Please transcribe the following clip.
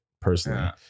personally